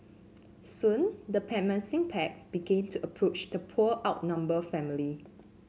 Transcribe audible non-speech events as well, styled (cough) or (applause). soon the (unintelligible) pack began to approach the poor outnumbered family